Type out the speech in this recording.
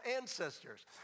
ancestors